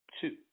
two